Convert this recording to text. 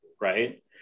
Right